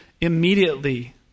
immediately